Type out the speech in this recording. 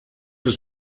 was